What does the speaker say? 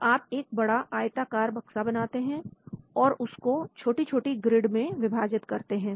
तो आप एक बड़ा आयताकार बक्सा बनाते हैं और उसको छोटी छोटी ग्रिड में विभाजित करते हैं